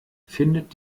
findet